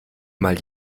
mal